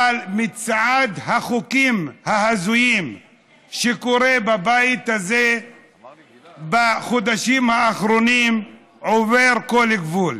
אבל מצעד החוקים ההזויים בבית הזה בחודשים האחרונים עובר כל גבול.